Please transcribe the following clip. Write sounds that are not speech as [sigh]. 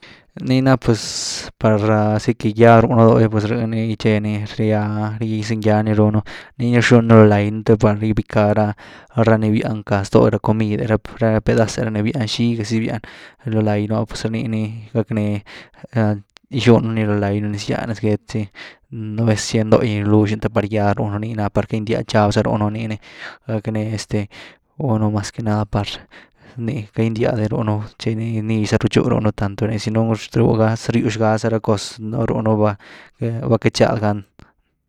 Nii na puss par ahora si que ya rúhunú do pues rh ni tcheny nirya, guizunyaa ni rúhu nú, nii ni rxunnu loo lay’nu te par gybycká ra-rani biencka stoo ra comid’e ra, [unintelligible] ra pedaz’e ra nivián xiigazy rýan loo lay’nu ah pues niini gacknee [hesitation] gyxunnu ni lo lay’nu, nez gýa nez gét’gy, chi nú vez, cheen dogy loo luxnu ta par gýa ruunu, nii na par queity gyndia nxab za ruunu, nii ni gacknee este [hesitation] rúhunu mas que nada par ni queity gyndyani ruhu nú tchi ni nëx zaru txyw ruhu’nu tanto zy nohasta [unintelligible] rywx gaza ra cos nu ruu’nú val queity chadï gan.